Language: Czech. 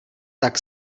tak